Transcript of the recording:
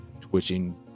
twitching